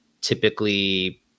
typically